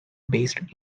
based